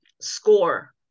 score